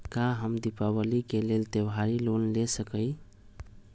का हम दीपावली के लेल त्योहारी लोन ले सकई?